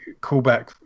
callback